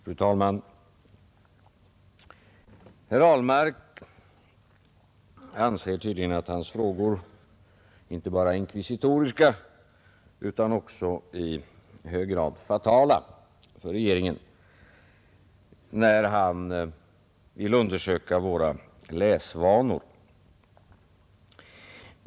Fru talman! Herr Ahlmark anser tydligen att hans frågor inte bara är inkvisitoriska utan också i hög grad fatala för regeringen, när han vill undersöka våra läsvanor.